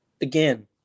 again